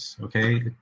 Okay